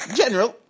general